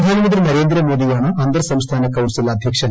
പ്രധാനമന്ത്രി നരേന്ദ്രമോദിയാണ് അന്തർ സംസ്ഥാന കൌൺസിൽ അധ്യക്ഷൻ